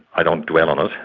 i don't dwell on